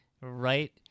right